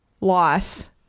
loss